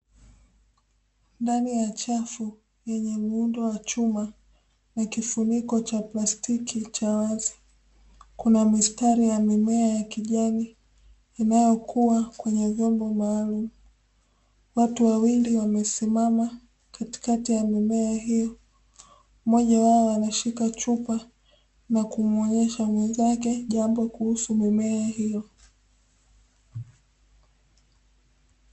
ndani ya chafu yenye muundo w achuma na kifuniko cha plastiki cha wazi kuna mistari ya mimea ya kijani inayokua kwenye vyombo maalumu, watu wawili wamesimama katikati ya mimea hiyo mmoja wapo anashika chupa nakumuonesha mwenzake jambo kuhusu mimea hiyo.